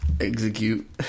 Execute